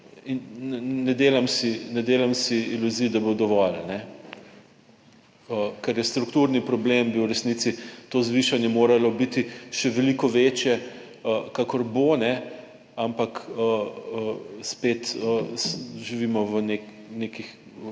si, ne delam si iluzij, da bo dovolj, ker je strukturni problem, bi v resnici to zvišanje moralo biti še veliko večje, kakor bo. Ampak spet, živimo v nekih